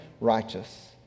righteous